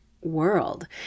world